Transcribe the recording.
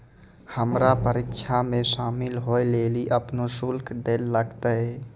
हमरा परीक्षा मे शामिल होय लेली अपनो शुल्क दैल लागतै